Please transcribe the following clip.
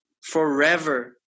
forever